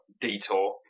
detour